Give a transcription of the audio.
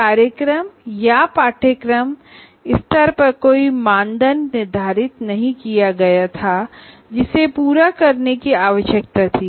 programme या course स्तर पर कोई मानदंड निर्धारित नहीं किया गया था जिसे पूरा करने की आवश्यकता थी